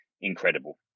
Incredible